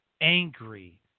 angry